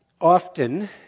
often